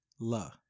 La